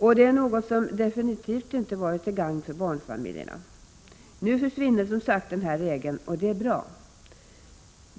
Men det är något som absolut inte har varit till gagn för barnfamiljerna. Nu försvinner som sagt den här regeln, och det är bra.